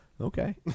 Okay